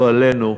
לא עלינו,